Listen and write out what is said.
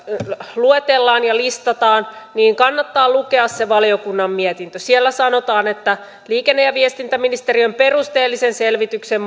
luetellaan ja listataan niin kannattaa lukea se valiokunnan mietintö siellä sanotaan liikenne ja viestintäministeriön perusteellisen selvityksen